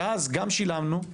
ואז, גם שילמנו,